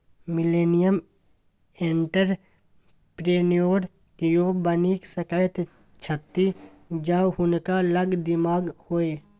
millennial entrepreneur कियो बनि सकैत छथि जौं हुनका लग दिमाग होए